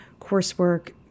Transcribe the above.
coursework